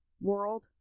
world